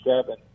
seven